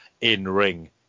in-ring